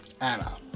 Anna